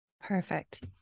Perfect